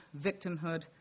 victimhood